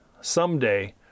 someday